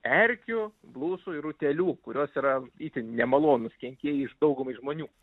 erkių blusų ir utėlių kurios yra itin nemalonūs kenkėjai iš daugumai žmonių